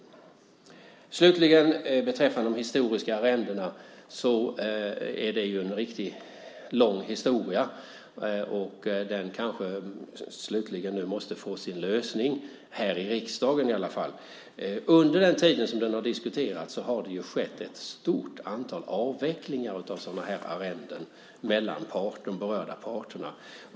Slutligen beträffande de historiska arrendena är det en riktigt lång historia som nu kanske till slut får sin lösning, här i riksdagen i alla fall. Under den tid som detta har diskuterats har det skett ett stort antal avvecklingar av sådana arrenden mellan de berörda parterna.